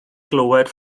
glywed